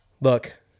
Look